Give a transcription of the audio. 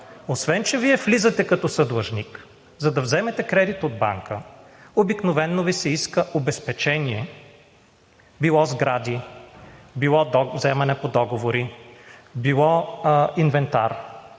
Освен че Вие влизате като съдлъжник, за да вземете кредит от банка, обикновено Ви се иска обезпечение – било сгради, било вземане по договори, било инвентар,